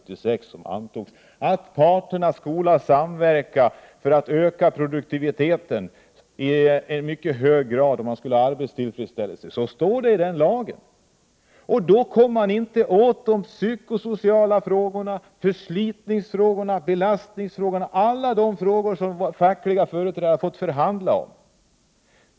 Det stadgas där att parterna skall samverka för att öka produktiviteten i mycket hög grad och för att åstadkomma arbetstillfredsställelse. Med en sådan skrivning kommer man inte åt de psykosociala frågorna, förslitningsfrågorna, belastningsfrågorna och alla de frågor som de fackliga företrädarna har att förhandla om.